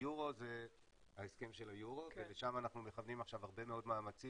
היורו זה ההסכם של היורו ולשם אנחנו מכוונים הרבה מאוד מאמצים